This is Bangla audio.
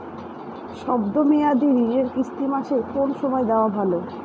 শব্দ মেয়াদি ঋণের কিস্তি মাসের কোন সময় দেওয়া ভালো?